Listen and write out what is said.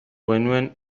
genuen